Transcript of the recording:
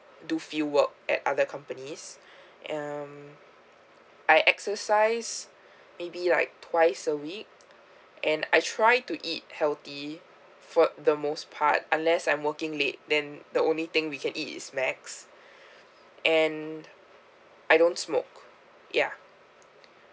do field work at other companies um I exercise maybe like twice a week and I try to eat healthy for the most part unless I'm working late then the only thing we can eat is macs and I don't smoke yeah